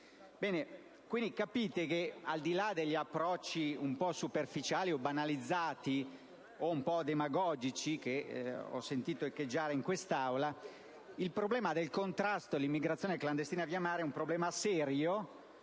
le armi». Dunque, al di là degli approcci un po' superficiali, banalizzati o demagogici che ho sentito echeggiare in quest'Aula, il problema del contrasto all'immigrazione clandestina via mare è un problema serio